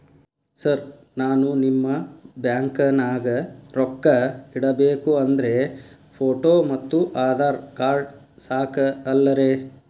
Sir ನಾನು ನಿಮ್ಮ ಬ್ಯಾಂಕನಾಗ ರೊಕ್ಕ ಇಡಬೇಕು ಅಂದ್ರೇ ಫೋಟೋ ಮತ್ತು ಆಧಾರ್ ಕಾರ್ಡ್ ಸಾಕ ಅಲ್ಲರೇ?